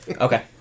Okay